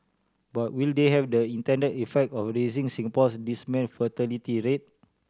but will they have the intended effect of raising Singapore's dismal fertility rate